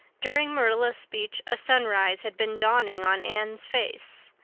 during marilla's speech a sunrise had been dawning on anne's face.